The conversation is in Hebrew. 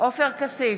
עופר כסיף,